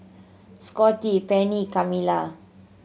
Scotty Pennie Kamila